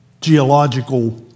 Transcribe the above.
geological